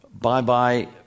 bye-bye